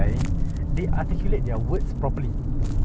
ya correct